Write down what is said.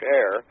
air